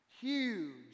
Huge